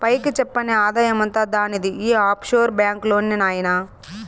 పైకి చెప్పని ఆదాయమంతా దానిది ఈ ఆఫ్షోర్ బాంక్ లోనే నాయినా